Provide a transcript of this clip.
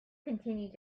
continued